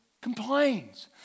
complains